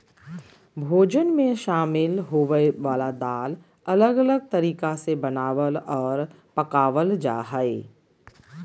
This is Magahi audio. भोजन मे शामिल होवय वला दाल अलग अलग तरीका से बनावल आर पकावल जा हय